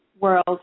world